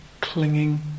clinging